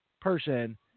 person